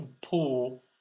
pool